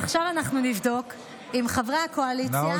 עכשיו אנחנו נבדוק אם חברי הקואליציה